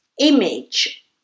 image